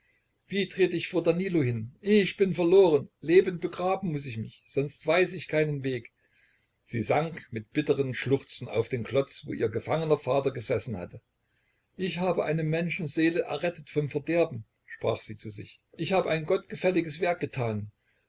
wie tret ich vor danilo hin ich bin verloren lebend begraben muß ich mich sonst weiß ich keinen weg sie sank mit bitterem schluchzen auf den klotz wo ihr gefangener vater gesessen hatte ich habe eine menschenseele errettet vom verderben sprach sie zu sich ich hab ein gottgefälliges werk getan